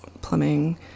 plumbing